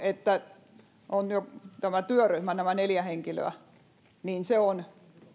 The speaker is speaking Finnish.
että on jo tämä työryhmä nämä neljä henkilöä on